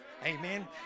Amen